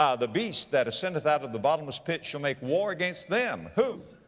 ah the beast that ascendeth out of the bottomless pit shall make war against them. who.